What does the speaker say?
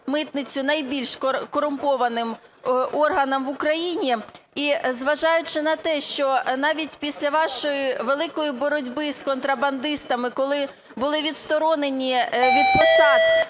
митницю найбільш корумпованим органом в Україні, і зважаючи на те, що навіть після вашої великої боротьби з контрабандистами, коли були відсторонені від посад